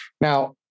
Now